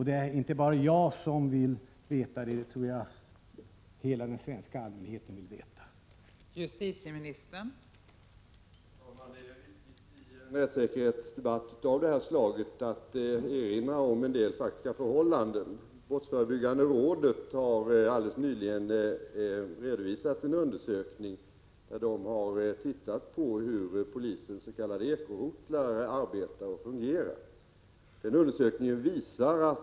Det är inte bara jag utan hela den svenska allmänheten som vill veta detta.